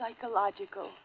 psychological